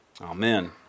Amen